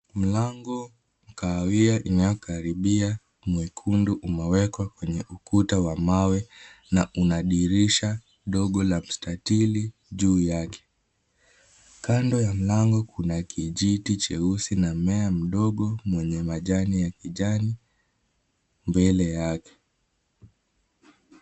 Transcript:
Mlango wa kahawia inayokaribia mwekundu umewekwa kwenye ukuta wa mawe na una dirisha ndogo la mstatili juu yake. Kando ya mlango kuna kijiti cheusi na mmea mdogo mwenye majani ya kijani mbele yake.